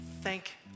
thank